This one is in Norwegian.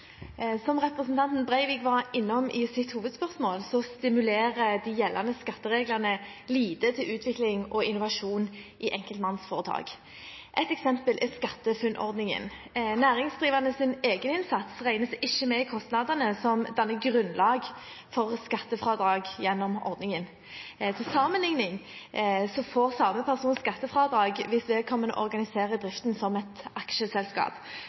Breivik var innom i sitt hovedspørsmål, stimulerer de gjeldende skattereglene lite til utvikling og innovasjon i enkeltmannsforetak. Ett eksempel er SkatteFUNN-ordningen. Næringsdrivendes egeninnsats regnes ikke med i kostnadene som danner grunnlag for skattefradrag gjennom ordningen. Til sammenligning får samme person skattefradrag hvis vedkommende organiserer driften som et aksjeselskap og betaler ut lønn til seg selv. Det er også på sin plass å